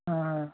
हँ